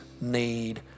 need